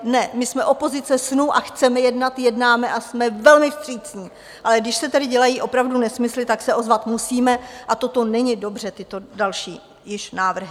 Ne, my jsme opozice snů a chceme jednat, jednáme a jsme velmi vstřícní, ale když se tady dělají opravdu nesmysly, tak se ozvat musíme, a toto již není dobře, tyto další návrhy.